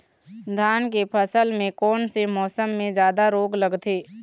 धान के फसल मे कोन से मौसम मे जादा रोग लगथे?